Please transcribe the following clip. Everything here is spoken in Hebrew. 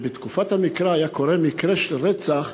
בתקופת המקרא, כשהיה קורה מקרה של רצח,